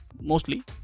mostly